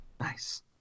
Nice